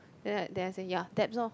then like then I say ya Debs loh